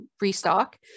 restock